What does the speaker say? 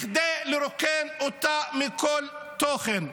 כדי לרוקן אותה מכל תוכן.